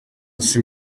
gusa